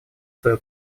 свою